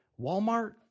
Walmart